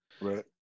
Right